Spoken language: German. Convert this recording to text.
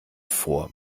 vor